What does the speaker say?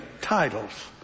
titles